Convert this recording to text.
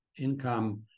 income